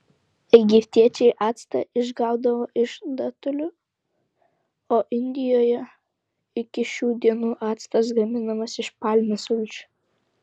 egiptiečiai actą išgaudavo iš datulių o indijoje iki šių dienų actas gaminamas iš palmių sulčių